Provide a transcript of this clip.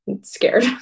scared